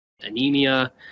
anemia